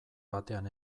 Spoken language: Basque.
batean